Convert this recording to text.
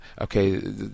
okay